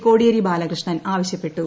കോടിയേരി ബാലകൃഷ്ണൻ ആവശ്യപ്പെട്ടു